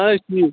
اہَن حظ ٹھیٖک